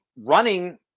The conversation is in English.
running